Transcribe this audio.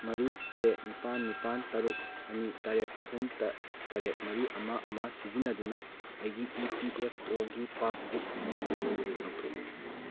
ꯃꯔꯤ ꯇꯔꯦꯠ ꯅꯤꯄꯥꯟ ꯅꯤꯄꯥꯟ ꯇꯔꯨꯛ ꯑꯅꯤ ꯇꯔꯦꯠ ꯑꯍꯨꯝ ꯇꯔꯦꯠ ꯃꯔꯤ ꯑꯃ ꯑꯃ ꯁꯤꯖꯤꯟꯅꯗꯨꯅ ꯑꯩꯒꯤ ꯏ ꯄꯤ ꯑꯦꯐ ꯑꯣꯒꯤ ꯄꯥꯁꯕꯨꯛ ꯏꯁꯇꯦꯠꯃꯦꯟ ꯑꯗꯨ ꯂꯧꯊꯣꯛꯎ